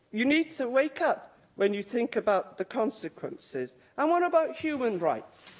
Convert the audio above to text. you need to wake up when you think about the consequences. and what about human rights?